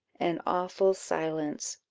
an awful silence,